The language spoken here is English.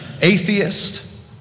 atheist